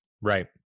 right